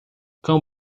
cão